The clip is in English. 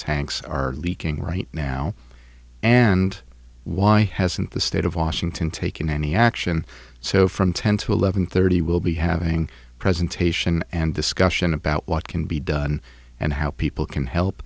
tanks are leaking right now and why hasn't the state of washington taken any action so from ten to eleven thirty will be having a presentation and discussion about what can be done and how people can help